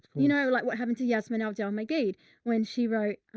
you know, like what happened to yasmin algae on my gate when she wrote, um,